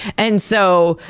and so,